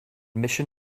mission